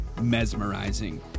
mesmerizing